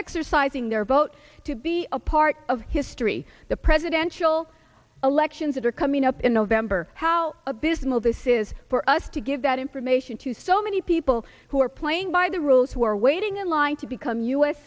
exercising their vote to be a part of history the presidential elections that are coming up in the vampyr how abysmal this is for us to give that information to so many people who are playing by the rules who are waiting in line to become u